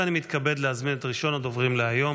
ואני מתכבד להזמין את ראשון הדוברים להיום,